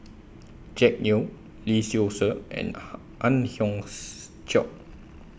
Jack Neo Lee Seow Ser and Ang Hiong Chiok